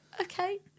okay